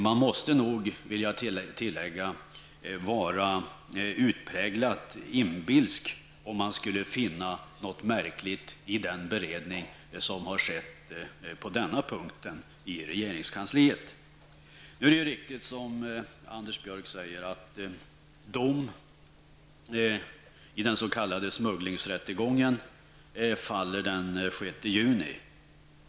Man måste nog, vill jag tillägga, vara utpräglat inbilsk för att finna något märkligt i den beredning som har skett på denna punkt i regeringskansliet. Det är riktigt som Anders Björck säger att dom i den s.k. smugglingsrättegången faller den 6 juni.